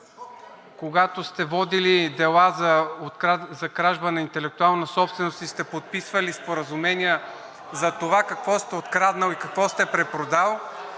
когато сте водили дела за кражба на интелектуална собственост и сте подписвали споразумения за това какво сте откраднали и какво сте препродали